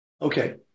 Okay